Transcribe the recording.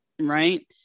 right